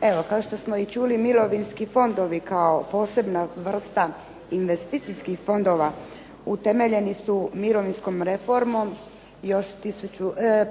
Evo kao što smo i čuli mirovinski fondovi kao posebna vrsta investicijskih fondova utemeljeni su mirovinskom reformom,